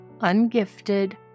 ungifted